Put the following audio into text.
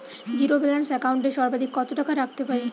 Zero balance account এ সর্বাধিক কত টাকা রাখতে পারি?